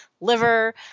liver